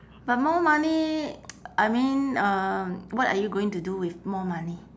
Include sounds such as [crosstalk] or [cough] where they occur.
but more money [noise] I mean um what are you going to do with more money